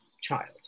child